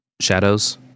shadows